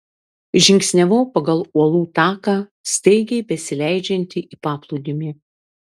žingsniavau pagal uolų taką staigiai besileidžiantį į paplūdimį